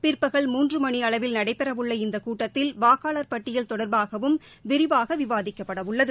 பிற்பகல் மூன்று மணி அளவில் நடைபெறவுள்ள இந்த கூட்டத்தில் வாக்காளர் பட்டியல் தொடர்பாகவும் விரிவாக விவாதிக்கப்பட உள்ளது